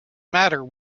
matter